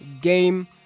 game